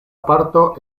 parto